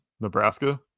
Nebraska